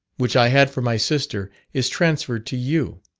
which i had for my sister is transferred to you